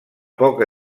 poca